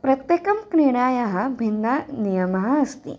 प्रत्येकं क्रीडायाः भिन्नः नियमः अस्ति